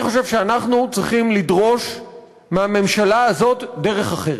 אני חושב שאנחנו צריכים לדרוש מהממשלה הזאת דרך אחרת,